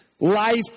Life